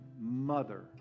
mother